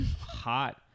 hot